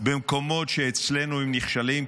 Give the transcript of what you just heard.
במקומות שאצלנו הם נכשלים.